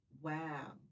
Wow